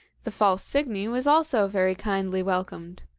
the false signy was also very kindly welcomed.